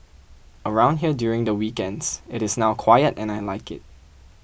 around here during the weekends it is now quiet and I like it